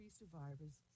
survivors